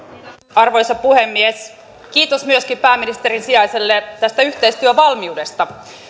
arvoisa puhemies kiitos myöskin pääministerin sijaiselle tästä yhteistyövalmiudesta